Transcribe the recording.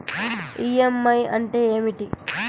EMI అంటే ఏమిటి?